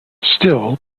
still